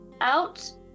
out